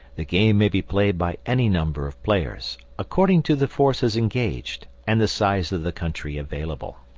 the game may be played by any number of players, according to the forces engaged and the size of the country available.